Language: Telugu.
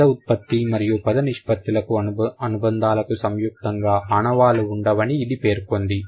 పద ఉత్పత్తి మరియు పద నిష్పత్తి లకు అనుబంధాలకు సంయుక్తంగా ఆనవాలు ఉండవని ఇది పేర్కొంది